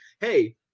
hey